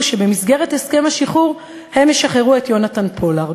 שבמסגרת הסכם השחרור הם ישחררו את יונתן פולארד.